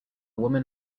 woman